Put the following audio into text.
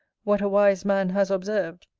what a wise man has observed,